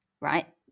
right